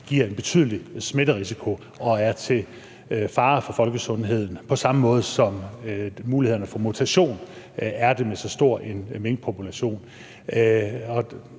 giver en betydelig smitterisiko og er til fare for folkesundheden, på samme måde som mulighederne for mutation er det med så stor en minkpopulation.